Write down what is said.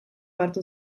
hartu